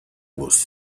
was